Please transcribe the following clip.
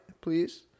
Please